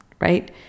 right